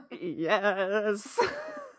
Yes